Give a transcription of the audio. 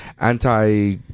anti